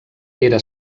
era